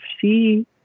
see